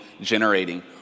generating